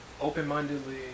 open-mindedly